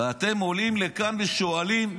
ואתם עולים לכאן ושואלים: